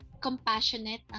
compassionate